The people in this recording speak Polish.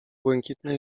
błękitne